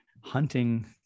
hunting